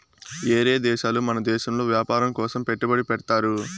ఏరే దేశాలు మన దేశంలో వ్యాపారం కోసం పెట్టుబడి పెడ్తారు